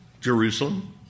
Jerusalem